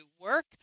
work